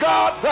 God